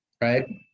Right